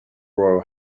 royal